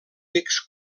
becs